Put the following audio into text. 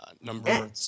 Number